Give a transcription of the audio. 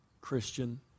Christian